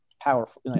powerful